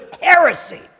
Heresy